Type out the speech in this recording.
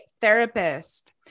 therapist